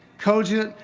cogent,